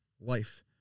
life